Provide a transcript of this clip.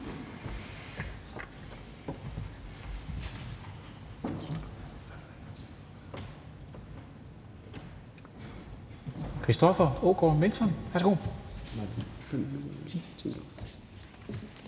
Christoffer Aagaard Melson,